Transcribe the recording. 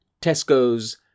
Tesco's